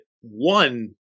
one